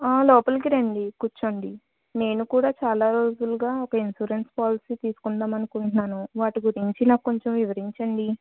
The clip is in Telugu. లోపలకి రండి కూర్చోండి నేను కూడా చాలా రోజులుగా ఒక ఇన్సూరెన్స్ పాలసీ తీసుకుందాం అనుకుంటున్నాను వాటి గురించి నాకు కొంచం వివరించండి